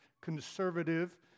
conservative